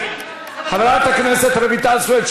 חברת הכנסת רויטל סויד,